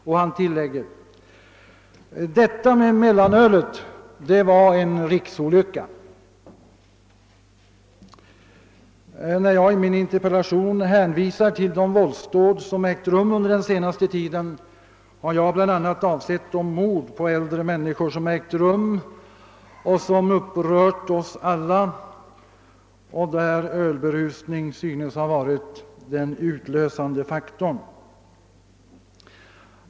Och han tillägger: »Detta med mellanölet var en riksolycka.» När jag i min interpellation hänvisar till de våldsdåd som ägt rum under den senaste tiden har jag bl.a. avsett de mord på äldre människor som upprört oss alla och för vilka ölberusning synes ha varit den utlösande faktorn.